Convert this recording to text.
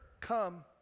come